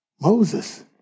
Moses